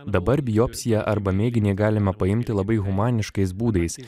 dabar biopsiją arba mėginį galima paimti labai humaniškais būdais